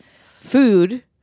food